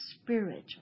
spiritual